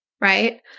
right